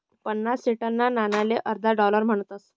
पन्नास सेंटना नाणाले अर्धा डालर म्हणतस